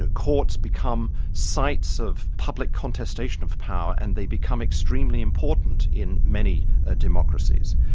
ah courts become sites of public contestation of power and they become extremely important in many ah democracies.